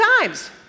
times